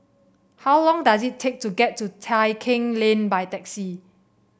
how long does it take to get to Tai Keng Lane by taxi